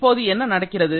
இப்போது என்ன நடக்கிறது